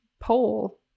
pole